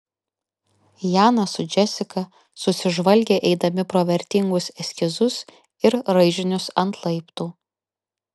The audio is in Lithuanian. janas su džesika susižvalgė eidami pro vertingus eskizus ir raižinius ant laiptų